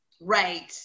Right